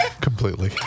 completely